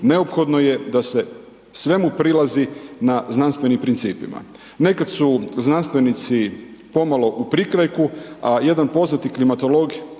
neophodno je da se svemu prilazi na znanstvenim principima. Nekad su znanstvenici pomalo u prikrajku a jedan poznati klimatolog